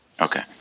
Okay